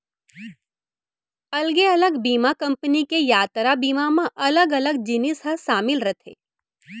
अलगे अलग बीमा कंपनी के यातरा बीमा म अलग अलग जिनिस ह सामिल रथे